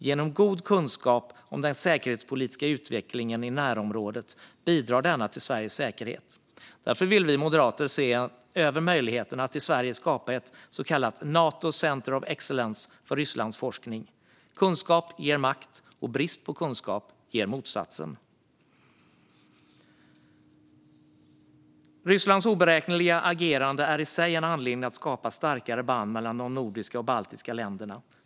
Genom god kunskap om den säkerhetspolitiska utvecklingen i närområdet bidrar denna till Sveriges säkerhet. Därför vill vi moderater se över möjligheten att i Sverige skapa ett så kallat Nato Centre of Excellence för Rysslandsforskning. Kunskap ger makt, och brist på kunskap ger motsatsen. Rysslands oberäkneliga agerande är i sig en anledning att skapa starkare band mellan de nordiska och baltiska länderna.